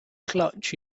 clutch